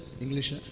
English